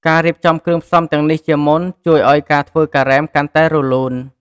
ការរៀបចំគ្រឿងផ្សំទាំងនេះជាមុន ជួយឱ្យការធ្វើការ៉េមកាន់តែរលូន។